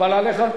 מקובל עליך?